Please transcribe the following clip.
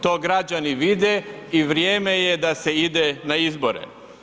To građani vide i vrijeme je da se ide na izbore.